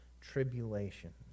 tribulation